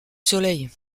soleil